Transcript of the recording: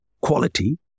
quality